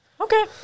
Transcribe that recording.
Okay